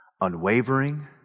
Unwavering